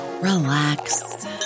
relax